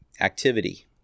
activity